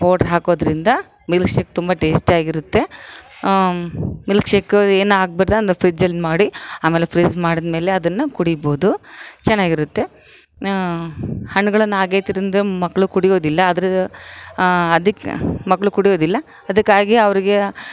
powder ಹಾಕೋದ್ರಿಂದ milk shake ತುಂಬಾ tasty ಆಗಿರುತ್ತೆ ಮಿಲ್ಕ್ ಶೇಕ್ ಏನು ಆಗ್ಬಾರ್ದು ಅಂದು ಫ್ರಿಜ್ಜಲ್ಲಿ ಮಾಡಿ ಆಮೇಲೆ ಫ್ರೀಜ್ ಮಾಡಿದ ಮೇಲೆ ಅದನ್ನು ಕುಡಿಬೌದು ಚೆನ್ನಾಗಿರುತ್ತೆ ಹಣ್ಣುಗಳನ್ನು ಹಾಗೆ ತಿಂದರೆ ಮಕ್ಕಳು ಕುಡಿಯೋದಿಲ್ಲ ಅದ್ರ ಅದಕ್ಕೆ ಮಕ್ಕಳು ಕುಡಿಯೋದಿಲ್ಲ ಅದಕ್ಕಾಗಿ ಅವ್ರಿಗೆ